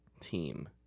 team